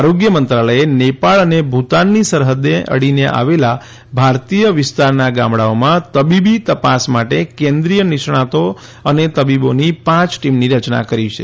આરોગ્ય મંત્રાલયે નેપાળ અને ભુતાનની સરહદને અડીને આવેલા ભારતના વિસ્તારના ગામડાઓમાં તબીબી તપાસ માટે કેન્દ્રીય નિષ્ણાતો અને તબીબોની પાંચ ટીમની રચના કરી છે